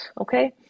okay